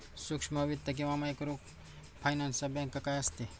सूक्ष्म वित्त किंवा मायक्रोफायनान्स बँक काय असते?